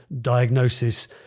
diagnosis